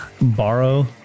borrow